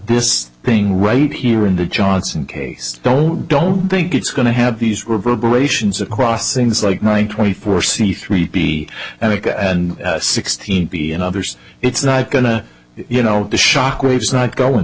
this thing right here in the johnson case don't don't think it's going to have these reverberations across things like nine twenty four c three p adic and sixteen b and others it's not going to you know the shock waves not go in